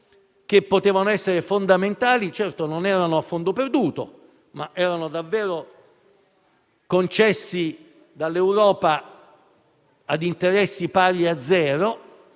che potevano essere fondamentali. Certo, non erano a fondo perduto, ma erano davvero concessi dall'Europa ad interessi pari a zero